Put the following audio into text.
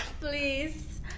Please